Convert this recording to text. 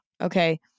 okay